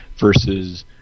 versus